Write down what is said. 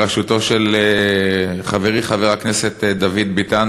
בראשותו של חברי חבר הכנסת דוד ביטן,